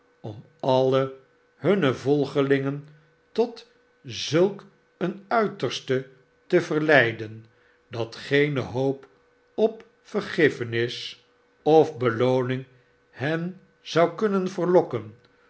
om alle hunne volgelingen tot zulk een mterste te verleiden dat geene hoop op vergiffenis of beloonmg hen zou kunnen verlokken